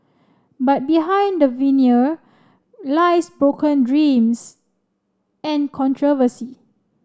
but behind the veneer lies broken dreams and controversy